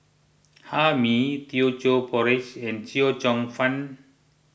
Hae Mee Teochew Porridge and Chee Cheong Fun